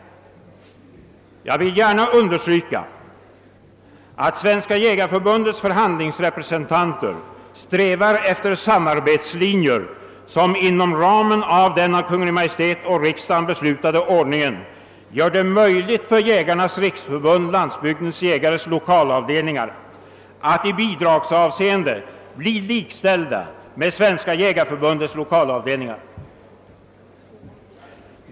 Men jag vill gärna understryka att Svenska jägareförbundets förhandlingsrepresentanter strävar efter samarbetslinjer som inom ramen för den av Kungl. Maj:t och riksdagen beslutade ordningen gör det möjligt för Jägarnas riksförbund—Landsbygdens jägares lokalavdelningar att i bidragsavseende bli likställda med Svenska jägareförbundets lokalavdelningar.